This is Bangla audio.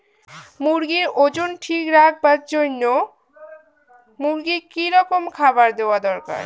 মুরগির ওজন ঠিক রাখবার জইন্যে মূর্গিক কি রকম খাবার দেওয়া দরকার?